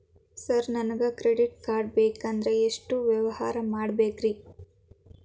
Sir ನನಗೆ credit card ಬೇಕಂದ್ರೆ ಎಷ್ಟು ವ್ಯವಹಾರ ಮಾಡಬೇಕ್ರಿ?